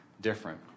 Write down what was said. different